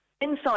inside